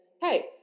hey